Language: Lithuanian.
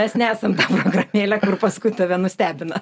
mes nesam ta programėlė kur paskui tave nustebina